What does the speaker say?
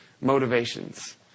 Motivations